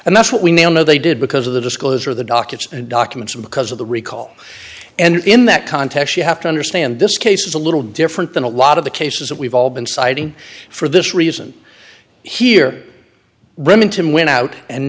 and that's what we now know they did because of the disclosure of the dockets documents because of the recall and in that context you have to understand this case is a little different than a lot of the cases that we've all been citing for this reason here remington went out and